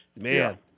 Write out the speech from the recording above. Man